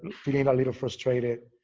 feeling a little frustrated.